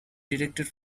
directed